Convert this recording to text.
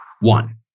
one